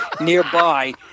nearby